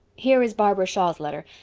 here is barbara shaw's letter.